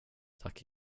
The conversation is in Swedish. tack